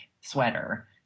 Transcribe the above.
sweater